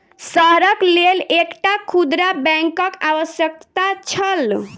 शहरक लेल एकटा खुदरा बैंकक आवश्यकता छल